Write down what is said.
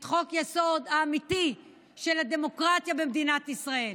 את חוק-היסוד האמיתי של הדמוקרטיה במדינת ישראל: